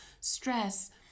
stress